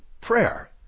prayer